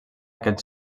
aquest